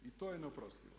I to je neoprostivo.